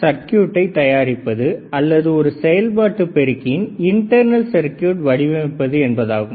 அதாவது கேடென்ஸ் என்பது எப்படி ஒரு சுற்று படத்தை தயாரிப்பது அல்லது ஒரு செயல்பாட்டு பெருக்கியின் இன்டர்ணல் சர்க்யூட்டை வடிவமைப்பது என்பதாகும்